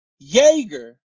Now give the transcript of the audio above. Jaeger